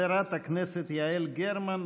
חברת הכנסת יעל גרמן,